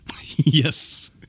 Yes